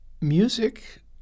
music